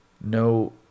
no